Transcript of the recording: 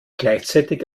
gleichzeitig